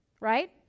right